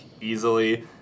easily